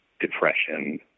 depression